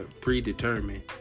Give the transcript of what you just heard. predetermined